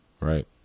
right